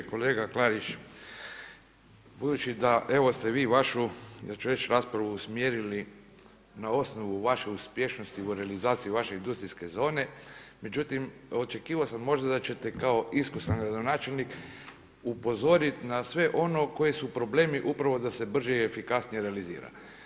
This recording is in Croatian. Kolega Klarić, budući da evo ste vi vašu raspravu ja ću reći raspravu usmjerili na osnovu vaše uspješnosti u realizaciji vaše industrijske zone, međutim očekivao sam možda da ćete kao iskusan gradonačelnik upozoriti na sve ono koji su problemi upravo da se brže i efikasnije realizira.